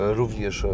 również